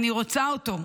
אני רוצה אותו.